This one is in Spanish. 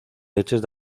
leches